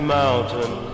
mountain